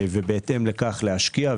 ובהתאם לכך להשקיע,